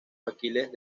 aquiles